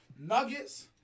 Nuggets